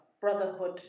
brotherhood